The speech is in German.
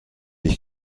ich